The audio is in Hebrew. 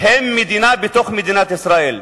הם מדינה בתוך מדינת ישראל.